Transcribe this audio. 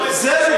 זה לא,